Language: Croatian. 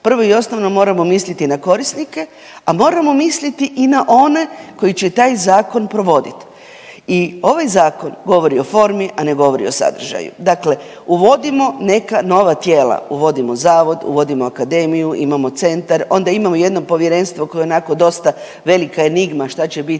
Prvo i osnovno moramo misliti na korisnike, a moramo misliti i na one koji će taj zakon provoditi. I ovaj zakon govori o formi, a ne govori o sadržaju. Dakle, uvodimo neka nova tijela, uvodimo zavod, uvodimo akademiju, imamo centar, onda imamo jedno povjerenstvo koje onako dosta velika enigma šta će biti